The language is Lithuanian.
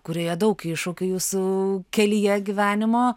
kurioje daug iššūkių jūsų kelyje gyvenimo